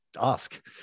ask